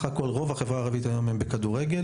רוב החברה הערבית הם בכדורגל,